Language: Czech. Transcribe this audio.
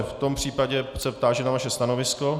V tom případě se táži na vaše stanovisko.